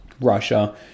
Russia